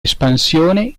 espansione